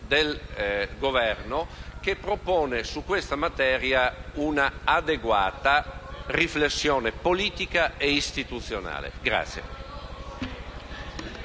del Governo, che propone sulla materia un'adeguata riflessione politica ed istituzionale.